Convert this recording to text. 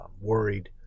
worried